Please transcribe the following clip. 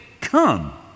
come